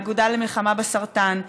לאגודה למלחמה בסרטן,